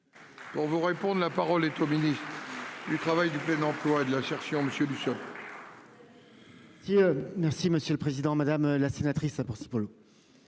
Pour vous répondre. La parole est au ministère du Travail, du plein emploi et de l'insertion, monsieur Dussopt. Si. Merci monsieur le président, madame la sénatrice. Alors si Paulo.